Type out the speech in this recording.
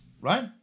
right